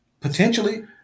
Potentially